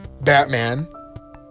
Batman